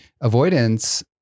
avoidance